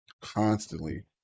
constantly